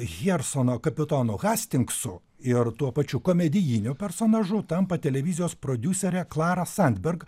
hjersono kapitonu hastinksu ir tuo pačiu komedijiniu personažu tampa televizijos prodiuserė klara sandberk